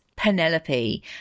Penelope